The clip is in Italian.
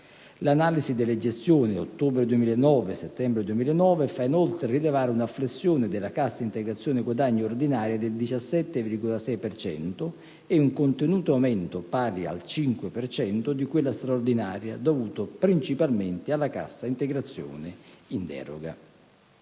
L'analisi delle gestioni ottobre 2009 su settembre 2009 fa inoltre rilevare una flessione della cassa integrazione guadagni ordinaria del 17,6 per cento e un contenuto aumento, pari al 5 per cento, di quella straordinaria, dovuto principalmente alla cassa integrazione in deroga.